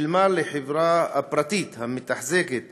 שילמה לחברה הפרטית המתחזקת